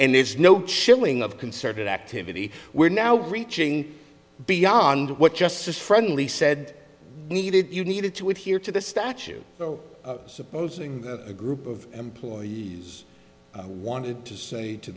and there's no chilling of concerted activity we're now reaching beyond what justice friendly said needed you needed to adhere to the statute so supposing a group of employees wanted to say to